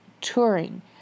touring